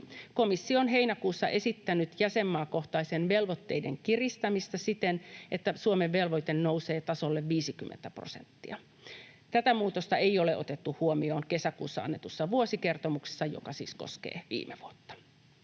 Komissio on heinäkuussa esittänyt jäsenmaakohtaisten velvoitteiden kiristämistä siten, että Suomen velvoite nousee tasolle 50 prosenttia. Tätä muutosta ei ole otettu huomioon kesäkuussa annetussa vuosikertomuksessa, joka koskee siis viime vuotta.